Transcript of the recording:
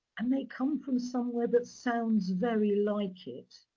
and they come from somewhere that sounds very like it,